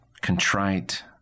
contrite